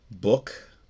book